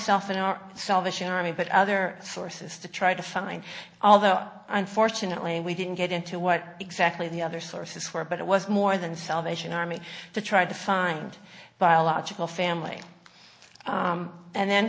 self in our salvation army but other sources to try to find although unfortunately we didn't get into what exactly the other sources were but it was more than salvation army to try to find biological family and then